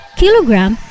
kilogram